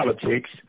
politics